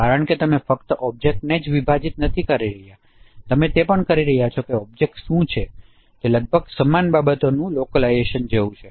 કારણ કે તમે ફક્ત ઑબ્જેક્ટ્સને જ વિભાજીત કરી રહ્યાં નથી તમે તે પણ કહી રહ્યા છો કે તે ઑબ્જેક્ટ શું છે તે લગભગ સમાન બાબતનું લોકલાયજેશન જેવું છે